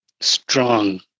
strong